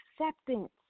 acceptance